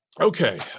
Okay